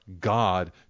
God